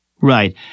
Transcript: Right